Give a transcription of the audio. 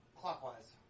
Clockwise